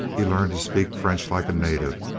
he learned to speak french like a native,